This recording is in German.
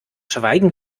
schweigen